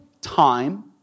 time